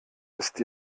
ist